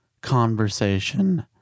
conversation